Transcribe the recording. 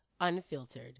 Unfiltered